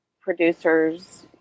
producers